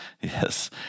Yes